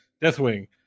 Deathwing